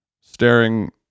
staring